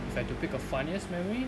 if I had to pick a funniest memory